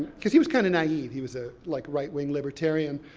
because he was kind of naive, he was a, like, right wing libertarian,